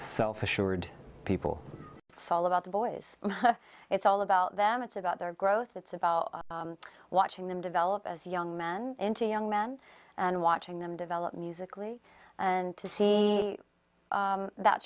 self assured people it's all about the boys it's all about them it's about their growth it's about watching them develop as young men into young men and watching them develop musically and to see that